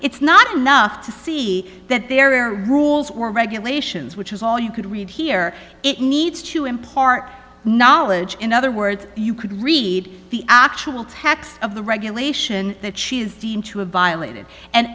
it's not enough to see that there are rules or regulations which is all you could read here it needs to impart knowledge in other words you could read the actual text of the regulation that she is deemed to have violated and